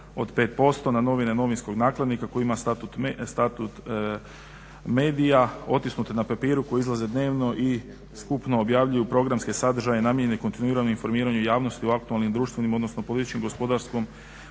od 5% na novine, novinskog nakladnika koji ima statut medija, otisnute na papiru koje izlaze dnevno i skupno objavljuju programske sadržaje namijenjene kontinuiranom informiranju javnosti u aktualnim, društvenim, odnosno političkim, gospodarskom,